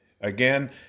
Again